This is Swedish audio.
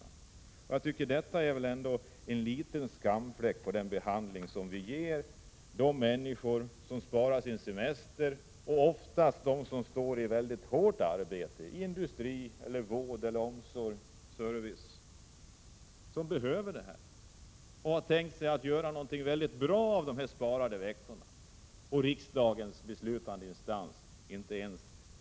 Det är en liten skamfläck att den beslutande instansen, riksdagen, inte kan ge ett positivt besked om att frågan skall lösas för de människor som sparar sin semester — det är ofta människor som har hårt arbete inom industri, vård, omsorg och service, som har tänkt sig att göra något bra av de sparade veckorna och som behöver det.